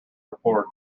report